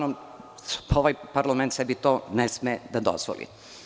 Ovaj parlament sebi to ne sme da dozvoli.